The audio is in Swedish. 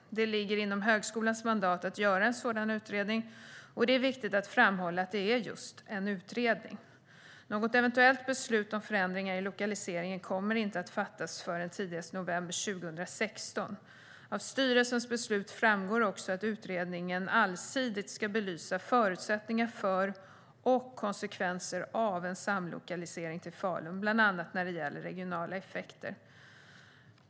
Det ligger inom högskolans mandat att göra en sådan utredning, och det är viktigt att framhålla att det är just en utredning. Något eventuellt beslut om förändringar i lokaliseringen kommer inte att fattas förrän tidigast i november 2016. Av styrelsens beslut framgår också att utredningen allsidigt ska belysa förutsättningar för och konsekvenser av en samlokalisering till Falun, bland annat när det gäller regionala effekter.